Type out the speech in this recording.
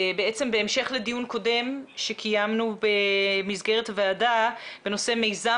בעצם בהמשך לדיון קודם שקיימנו במסגרת הוועדה בנושא מיזם